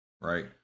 right